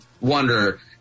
wonder